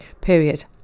period